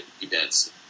events